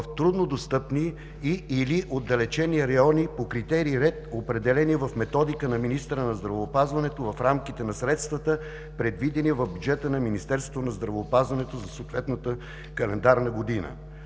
в трудно достъпни и/или отдалечени райони по критерии и ред, определени в методика на министъра на здравеопазването в рамките на средствата, предвидени в бюджета на Министерството на здравеопазването за съответната календарна година.